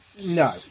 No